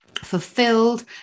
fulfilled